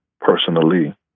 personally